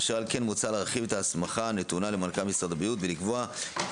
אשר על כן מוצע להרחיב את ההסמכה הנתונה למנכ"ל משרד הבריאות ולקבוע כי